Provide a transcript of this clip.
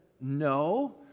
No